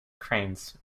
cranes